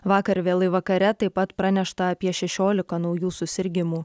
vakar vėlai vakare taip pat pranešta apie šešiolika naujų susirgimų